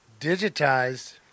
digitized